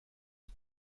auf